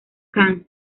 kahn